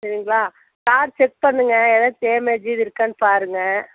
சரிங்களா car check பண்ணுங்கள் எதாவது டேமேஜ் எதுவும் இருக்கான்னு பாருங்கள்